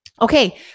Okay